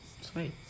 Sweet